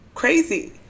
crazy